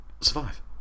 survive